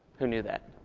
who knew that?